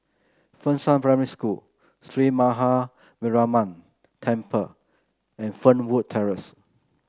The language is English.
Fengshan Primary School Sree Maha Mariamman Temple and Fernwood Terrace